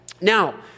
Now